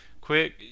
quick